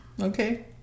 okay